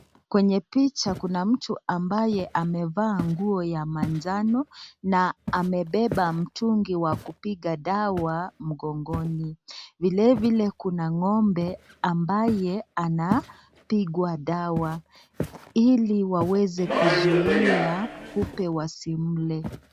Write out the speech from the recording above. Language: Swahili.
Kwenye picha kuna mtu ambaye amevaa nguo ya manjano na amebeba mtungi wa kupiga dawa mgongoni. Vilevile kuna ngombe ambaye anapigwa dawa. Iliwaweze kuzuia kupe wasimle.